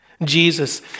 Jesus